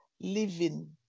living